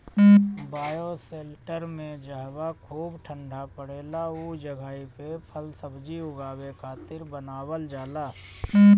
bioshelter में जहवा खूब ठण्डा पड़ेला उ जगही पे फल सब्जी उगावे खातिर बनावल जाला